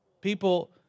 People